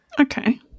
Okay